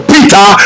Peter